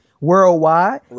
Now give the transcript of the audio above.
worldwide